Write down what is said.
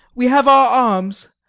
we have our arms.